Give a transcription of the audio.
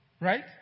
Right